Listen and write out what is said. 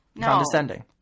condescending